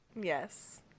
Yes